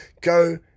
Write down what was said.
go